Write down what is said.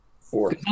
Four